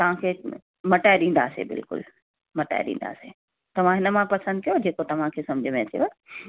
तव्हांखे मटाए ॾींदासीं बिल्कुलु मटाए ॾींदासीं तव्हां हिन मां पसंदि कयो जेको तव्हांखे समुझ में अचेव